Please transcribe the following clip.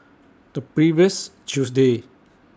The previous Tuesday